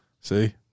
See